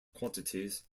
quantities